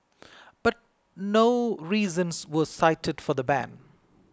but no reasons were cited for the ban